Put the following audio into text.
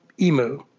EMU